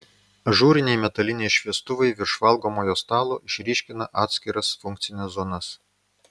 ažūriniai metaliniai šviestuvai virš valgomojo stalo išryškina atskiras funkcines zonas